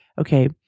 okay